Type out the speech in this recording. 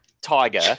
tiger